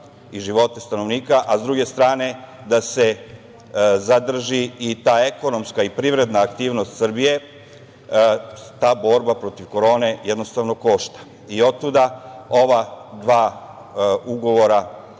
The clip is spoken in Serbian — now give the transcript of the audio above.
i živote stanovnika, a s druge strane da se zadrži i ta ekonomska i privredna aktivnost Srbije, ta borba protiv korone jednostavno košta. Otuda ova dva ugovora